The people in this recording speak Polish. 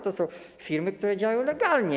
To są firmy, które działają legalnie.